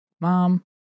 Mom